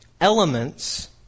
elements